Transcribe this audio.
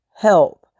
help